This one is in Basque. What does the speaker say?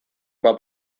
bat